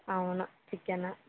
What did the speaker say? అవును చికెను